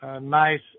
nice